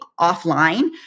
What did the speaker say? offline